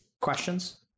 Questions